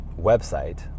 website